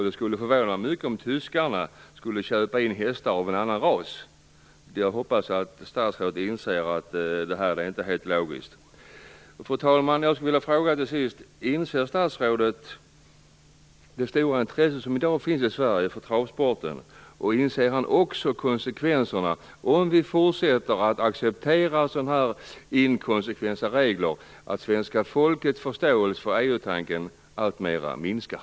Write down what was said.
De skulle förvåna mycket om tyskarna skulle köpa in hästar av en annan ras. Jag hoppas att statsrådet inser att detta inte är helt logiskt. Fru talman! Jag skulle till sist vilja fråga: Inser statsrådet det stora intresse som i dag finns i Sverige för travsporten, och inser han också konsekvenserna om vi fortsätter att acceptera sådana inkonsekventa regler att svenska folkets förståelse för EU-tanken alltmer minskar?